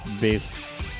based